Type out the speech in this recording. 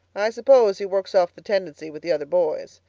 i suppose he works off the tendency with the other boys.